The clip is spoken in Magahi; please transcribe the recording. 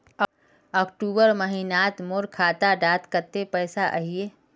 अक्टूबर महीनात मोर खाता डात कत्ते पैसा अहिये?